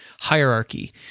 hierarchy